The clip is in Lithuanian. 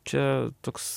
čia toks